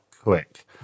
quick